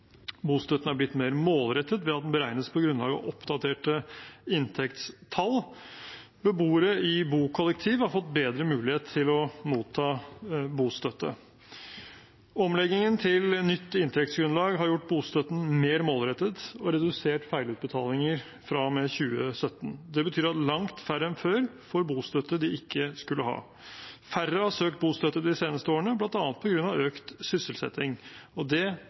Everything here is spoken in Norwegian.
Bostøtten er blitt mer målrettet ved at den beregnes på grunnlag av oppdaterte inntektstall. Beboere i bokollektiv har fått bedre mulighet til å motta bostøtte. Omleggingen til nytt inntektsgrunnlag har gjort bostøtten mer målrettet og redusert feilutbetalinger fra og med 2017. Det betyr at langt færre enn før får bostøtte de ikke skulle hatt. Færre har søkt om bostøtte de seneste årene, bl.a. på grunn av økt sysselsetting. Det